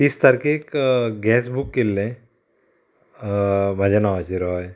तीस तारखेक gas book केल्लें म्हाजें नांवाचेर हय